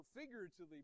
figuratively